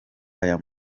aya